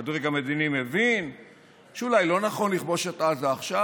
כשהדרג המדיני מבין שאולי לא נכון לכבוש את עזה עכשיו,